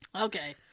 Okay